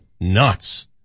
nuts